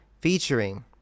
featuring